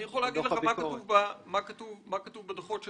אני יכול להגיד לך מה כתוב בדוחות שלכם.